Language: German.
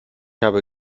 habe